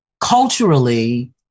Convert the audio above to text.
culturally